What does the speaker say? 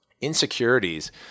Insecurities